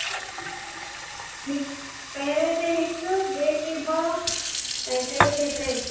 पहिरें ते हिक ॿिए ते ॿ ऐं टे ते टे